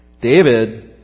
David